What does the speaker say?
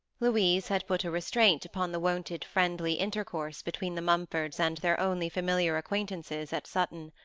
louise had put a restraint upon the wonted friendly intercourse between the mumfords and their only familiar acquaintances at sutton.